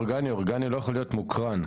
אורגני לא יכול להיות מוקרן,